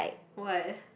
what